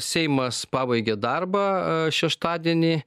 seimas pabaigė darbą šeštadienį